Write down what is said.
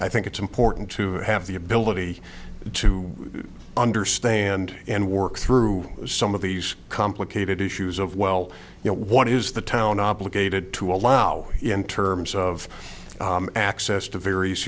i think it's important to have the ability to understand and work through some of these complicated issues of well you know what is the town obligated to allow in terms of access to various